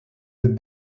êtes